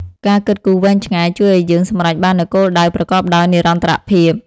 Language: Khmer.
ការគិតគូរវែងឆ្ងាយ ជួយឱ្យយើងសម្រេចបាននូវគោលដៅប្រកបដោយនិរន្តរភាព។